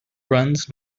runs